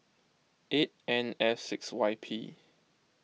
eight N F six Y P